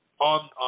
on